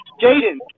Jaden